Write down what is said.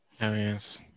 yes